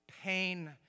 pain